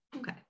Okay